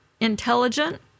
intelligent